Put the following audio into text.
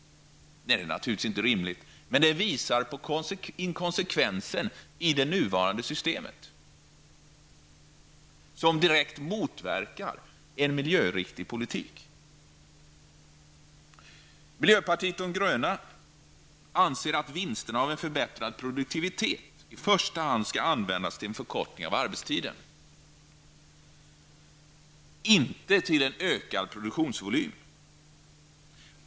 Nej, det är naturligtvis inte rimligt, men detta visar på inkonsekvensen i det nuvarande systemet, som direkt motverkar en miljöriktig politik. Miljöpartiet de gröna anser att vinsterna av en förbättrad produktivitet i första hand skall användas till en förkortning av arbetstiden, inte till en ökad produktionsvolym.